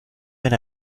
wenn